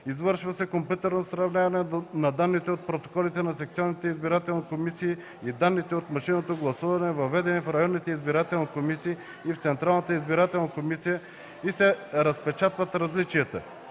Извършва се компютърно сравняване на данните от протоколите на секционните избирателни комисии и данните от машинното гласуване, въведени в районните избирателни комисии и в Централната избирателна комисия, и се разпечатват различията.